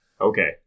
Okay